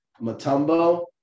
Matumbo